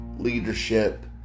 leadership